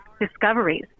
discoveries